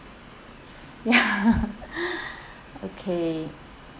ya okay